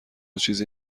چیزی